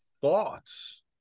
thoughts